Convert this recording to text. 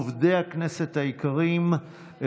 עובדי הכנסת היקרים,